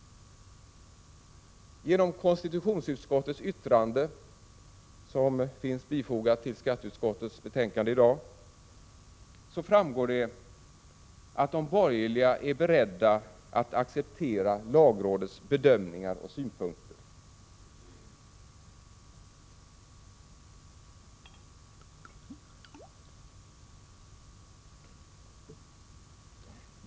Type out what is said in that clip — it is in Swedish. Genom konstitutionsutskottets yttrande, som finns bifogat till skatteutskottets betänkande i dag, framgår att de borgerliga är beredda att acceptera lagrådets bedömningar och synpunkter.